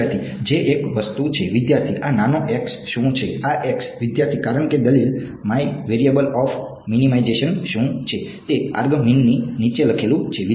વિદ્યાર્થી જે એક વસ્તુ છે વિદ્યાર્થી આ નાનો X શું છે આ વિદ્યાર્થી કારણ કે દલીલ માય વેરીએબલ ઓફ મિનિમાઇઝેશન શું છે તે આર્ગમીનની નીચે લખેલું છે